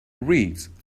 read